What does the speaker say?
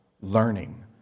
learning